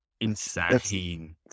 insane